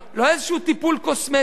לא איזשהו טיפול קוסמטי,